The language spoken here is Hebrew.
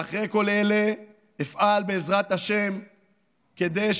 ואחרי כל אלה אפעל בעזרת השם שהריבונות